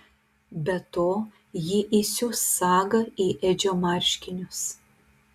be to ji įsius sagą į edžio marškinius